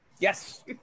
Yes